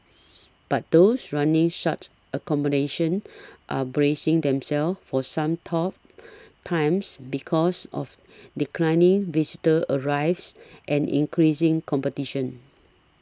but those running such accommodation are bracing themselves for some tough times because of declining visitor arrivals and increasing competition